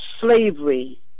slavery